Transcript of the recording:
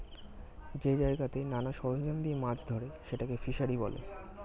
যেই জায়গাতে নানা সরঞ্জাম দিয়ে মাছ ধরে সেটাকে ফিসারী বলে